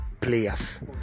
players